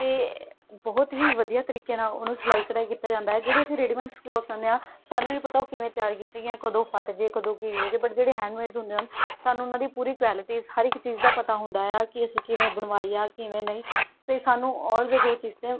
ਅਤੇ ਬਹੁਤ ਹੀ ਵਧੀਆ ਤਰੀਕੇ ਨਾਲ਼ ਉਹਨੂੰ ਸਿਲਾਈ ਕਢਾਈ ਕੀਤਾ ਜਾਂਦਾ ਹੈ ਜਿਹੜੇ ਅਸੀਂ ਰੇਡੀਮੇਡ ਕਲੋਥਜ਼ ਲੈਂਦੇ ਹਾਂ ਸਾਨੂੰ ਨੀ ਪਤਾ ਉਹ ਕਿਵੇਂ ਤਿਆਰ ਕੀਤੇ ਗਏ ਹੈ ਕਦੋਂ ਫਟ ਜੇ ਕਦੋਂ ਕੀ ਹੋਜੇ ਬਟ ਜਿਹੜੇ ਹੈਡਮੇਡ ਹੁੰਦੇ ਹਨ ਸਾਨੂੰ ਉਹਨਾਂ ਦੀ ਪੂਰੀ ਕੋਐਲਟੀਜ਼ ਹਰ ਇੱਕ ਚੀਜ਼ ਦਾ ਪਤਾ ਹੁੰਦਾ ਹੈ ਕਿ ਅਸੀਂ ਕਿਵੇਂ ਬਣਵਾਈ ਹੈ ਕਿਵੇਂ ਨਹੀਂ ਤੇ ਸਾਨੂੰ ਓਲਵੇਜ ਉਹ ਚੀਜ਼ 'ਤੇ